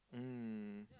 mm